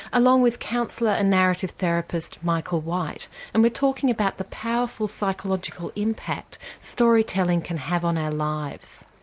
along with counsellor and narrative therapist, michael white and we are talking about the powerful psychological impact story-telling can have on our lives.